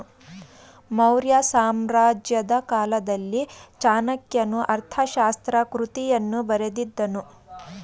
ಮೌರ್ಯ ಸಾಮ್ರಾಜ್ಯದ ಕಾಲದಲ್ಲಿ ಚಾಣಕ್ಯನು ಅರ್ಥಶಾಸ್ತ್ರ ಕೃತಿಯನ್ನು ಬರೆದಿದ್ದನು